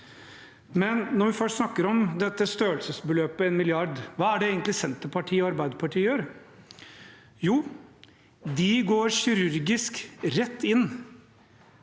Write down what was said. Når vi først snakker om dette størrelsesbeløpet 1 mrd. kr: Hva er det egentlig Senterpartiet og Arbeiderpartiet gjør? Jo, de går kirurgisk rett inn